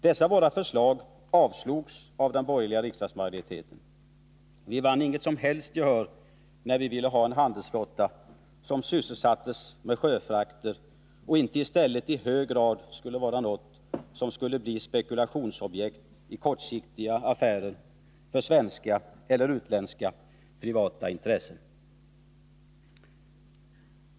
Dessa våra förslag avslogs av den borgerliga riksdagsmajoriteten. Vi vann inget som helst gehör när vi ville ha en handelsflotta som sysselsattes med sjöfrakter i stället för att i hög grad vara något som skulle kunna bli spekulationsobjekt i kortsiktiga affärer för svenska eller utländska privata intressen.